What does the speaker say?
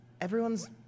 Everyone's